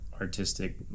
artistic